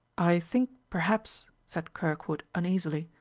i think, perhaps, said kirkwood uneasily,